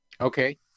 Okay